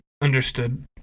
understood